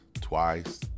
twice